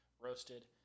roasted